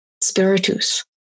spiritus